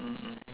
mm mm